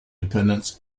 dependence